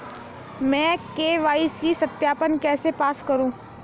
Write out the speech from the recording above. मैं के.वाई.सी सत्यापन कैसे पास करूँ?